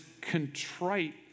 contrite